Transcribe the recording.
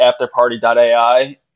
afterparty.ai